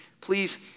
Please